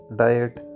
diet